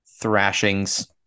thrashings